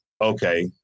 okay